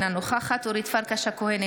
אינה נוכחת אורית פרקש הכהן,